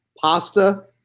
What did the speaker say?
Pasta